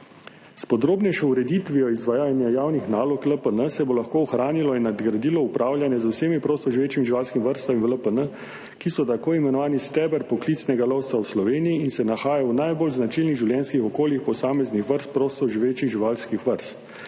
S podrobnejšo ureditvijo izvajanja javnih nalog LPN se bo lahko ohranilo in nadgradilo upravljanje z vsemi prostoživečim živalskim vrstam v LPN, ki so tako imenovani steber poklicnega lovstva v Sloveniji in se nahaja v najbolj značilnih življenjskih okoljih posameznih vrst prostoživečih živalskih vrst.